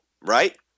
right